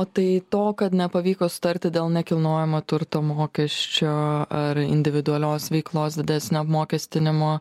o tai to kad nepavyko sutarti dėl nekilnojamo turto mokesčio ar individualios veiklos didesnio apmokestinimo